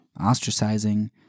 ostracizing